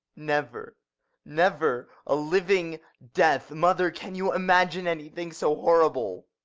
never never! a living death! mother, can you imagine anything so horrible?